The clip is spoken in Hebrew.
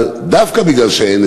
אבל דווקא מפני שאין,